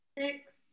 Six